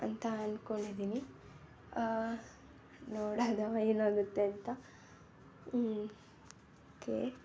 ಅಂತ ಅಂದ್ಕೊಂಡಿದ್ದೀನಿ ನೋಡೋದವ ಏನಾಗುತ್ತೆ ಅಂತ ಒಕೇ